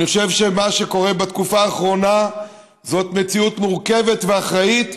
אני חושב שמה שקורה בתקופה האחרונה זו מציאות מורכבת ואחראית,